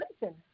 listen